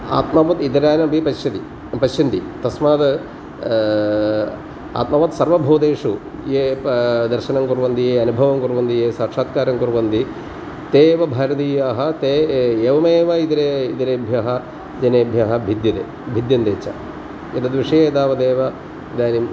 आत्मवत् इतरानपि पश्यति पश्यन्ति तस्मात् आत्मवत् सर्वभूतेषु ये प दर्शनं कुर्वन्ति ये अनुभवं कुर्वन्ति ये साक्षात्कारं कुर्वन्ति ते एव भारतीयाः ते ए एवमेव इतरे इतरेभ्यः जनेभ्यः भिद्यते भिद्यन्ते च एतद्विषये तावदेव इदानीम्